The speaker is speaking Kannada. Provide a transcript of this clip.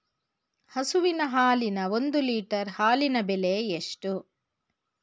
ಹಸುವಿನ ಹಾಲಿನ ಒಂದು ಲೀಟರ್ ಹಾಲಿನ ಬೆಲೆ ಎಷ್ಟು?